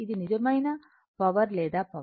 ఇది నిజమైన పవర్ లేదా పవర్